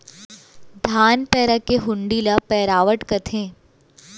धान पैरा के हुंडी ल पैरावट कथें